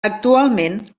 actualment